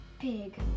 big